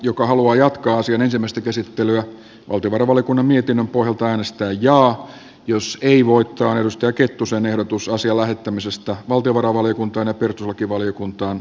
joka haluaa jatkaa asian ensimmäistä käsittelyä valtiovarainvaliokunnan mietinnön pohjalta äänestää jaa jos ei voittaa on pentti kettusen ehdotus asian lähettämisestä valtiovarainvaliokuntaan ja pirtulakivaliokuntaan